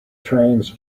trains